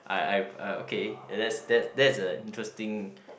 I I I okay that's that's that's a interesting